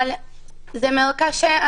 אבל זה מאוד קשה.